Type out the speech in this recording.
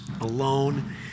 alone